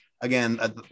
again